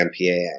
MPAA